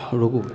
रोकू